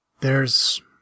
There's